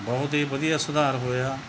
ਬਹੁਤ ਹੀ ਵਧੀਆ ਸੁਧਾਰ ਹੋਇਆ